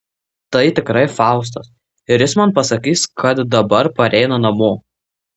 tai tikrai faustas ir jis man pasakys kad dabar pareina namo